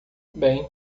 bem